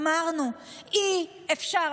אמרנו: אי-אפשר,